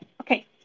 okay